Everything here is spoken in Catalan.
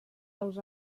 dels